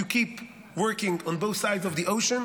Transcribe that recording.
keep working on both sides of the ocean,